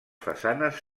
façanes